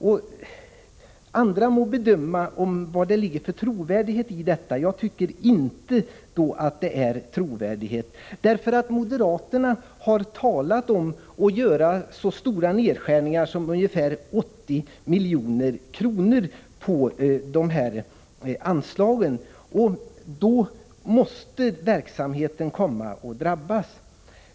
Ja, andra må bedöma vad det finns för trovärdighet i detta. Jag tycker inte att det finns någon trovärdighet i påståendet därför att moderaterna har talat om att göra nedskärningar med så mycket som 80 milj.kr. på dessa anslag. Då måste verksamheten komma att drabbas.